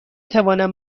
توانم